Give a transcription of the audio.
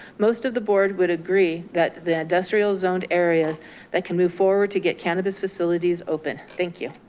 most of the board would agree that the industrial zoned areas that can move forward to get cannabis facilities open. thank you.